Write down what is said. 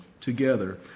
together